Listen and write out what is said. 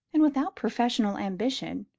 and without professional ambition,